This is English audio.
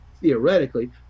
theoretically